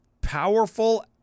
Powerful